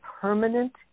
permanent